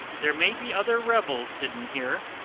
there may be other rebels hidden here.